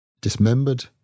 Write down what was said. dismembered